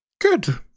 good